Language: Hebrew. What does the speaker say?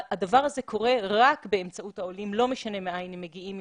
הדבר הזה קורה רק באמצעות העולים ולא משנה מהיכן הם מגיעים,